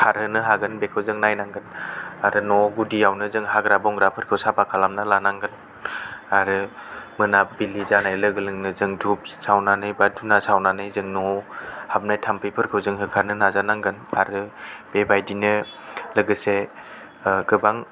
खारहोनो हागोन बेखौ जों नायनांगोन आरो न' गुदियावनो जों हाग्रा बंग्रा फोरखौ साफा खालामना लानांगोन आरो मोनाबिलि जानाय लोगो लोगो जों धुब सावनानै बा धुना सावनानै जों न' हाबनाय थामफैफोरखौ होखारनो नाजा नांगोन आरो बेबायदिनो लोगोसे ओ गोबां